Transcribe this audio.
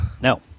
No